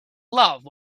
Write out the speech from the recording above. love